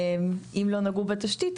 אם לא נגעו בתשתית,